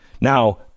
Now